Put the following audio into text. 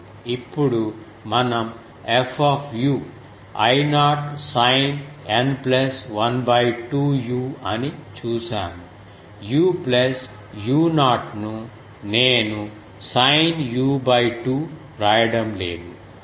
ఇప్పుడు మనం F I0 sin N plus 1 2 u అని చూశాము u ప్లస్ u0 ను నేను సైన్ u 2 వ్రాయడం లేదు